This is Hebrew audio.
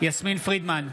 יסמין פרידמן,